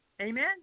Amen